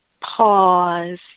Pause